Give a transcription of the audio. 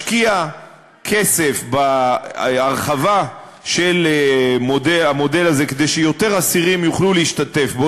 משקיע כסף בהרחבה של המודל הזה כדי שיותר אסירים יוכלו להשתתף בו,